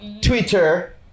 Twitter